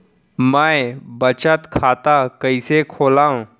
मै बचत खाता कईसे खोलव?